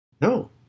No